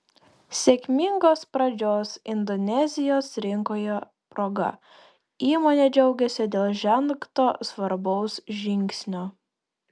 sėkmingos pradžios indonezijos rinkoje proga įmonė džiaugiasi dėl žengto svarbaus žingsnio